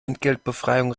entgeltbefreiung